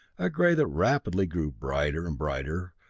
a gray that rapidly grew brighter and brighter,